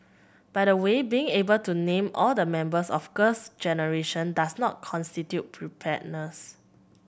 by the way being able to name all the members of Girls Generation does not constitute preparedness